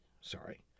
sorry